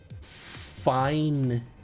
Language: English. fine